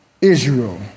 Israel